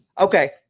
Okay